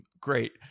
great